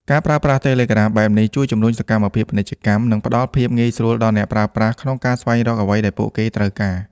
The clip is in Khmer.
ការប្រើប្រាស់ Telegram បែបនេះជួយជំរុញសកម្មភាពពាណិជ្ជកម្ម និងផ្តល់ភាពងាយស្រួលដល់អ្នកប្រើប្រាស់ក្នុងការស្វែងរកអ្វីដែលពួកគេត្រូវការ។